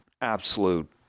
absolute